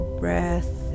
breath